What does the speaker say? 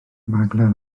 maglau